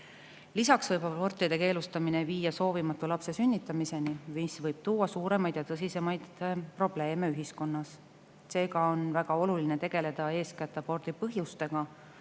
Lisaks võib abortide keelustamine viia soovimatu lapse sünnitamiseni, mis võib tuua suuremaid ja tõsisemaid probleeme ühiskonnas. Seega on väga oluline tegeleda eeskätt abordi põhjustega,